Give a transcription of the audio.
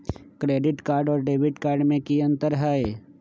Credit card और debit card में की अंतर हई?